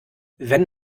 wenn